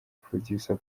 producer